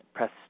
Press